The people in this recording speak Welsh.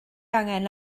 angen